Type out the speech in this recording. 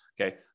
Okay